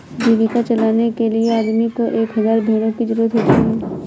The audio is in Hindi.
जीविका चलाने के लिए आदमी को एक हज़ार भेड़ों की जरूरत होती है